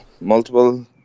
multiple